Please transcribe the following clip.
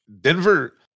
Denver